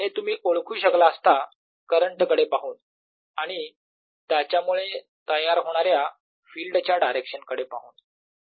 हे तुम्ही ओळखू शकला असता करंट कडे पाहून आणि त्याच्यामुळे तयार होणाऱ्या फील्ड च्या डायरेक्शन कडे पाहून